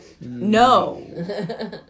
no